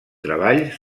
treballs